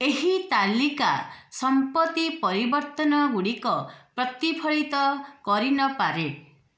ଏହି ତାଲିକା ସମ୍ପତି ପରିବର୍ତ୍ତନ ଗୁଡ଼ିକ ପ୍ରତିଫଳିତ କରିନପାରେ